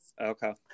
Okay